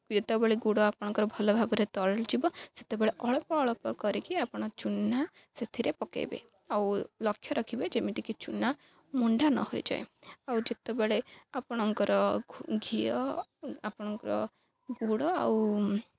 ଯେତେବେଳେ ଗୁଡ଼ ଆପଣଙ୍କର ଭଲ ଭାବରେ ତରଳିଯିବ ସେତେବେଳେ ଅଳ୍ପ ଅଳ୍ପ କରିକି ଆପଣ ଚୁନା ସେଥିରେ ପକାଇବେ ଆଉ ଲକ୍ଷ୍ୟ ରଖିବେ ଯେମିତିକି ଚୁନା ମୁଣ୍ଡା ନ ହୋଇଯାଏ ଆଉ ଯେତେବେଳେ ଆପଣଙ୍କର ଘିଅ ଆପଣଙ୍କର ଗୁଡ଼ ଆଉ